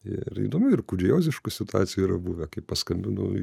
ir įdomu ir kurioziškų situacijų yra buvę kai paskambinau